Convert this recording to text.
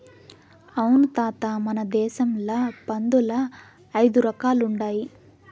అవును తాత మన దేశంల పందుల్ల ఐదు రకాలుండాయి